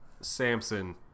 Samson